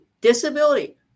disability